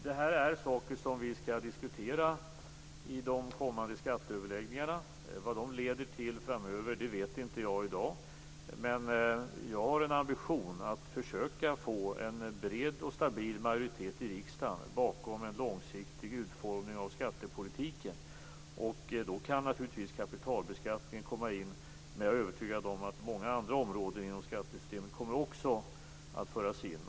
Detta är saker som vi skall diskutera i de kommande skatteöverläggningarna. Vad de leder till framöver vet jag inte i dag. Jag har en ambition att försöka få en bred och stabil majoritet i riksdagen bakom en långsiktig utformning av skattepolitiken. Då kan kapitalbeskattningen naturligtvis komma in, men jag är övertygad om att också många andra områden inom skattesystemet kommer att föras in.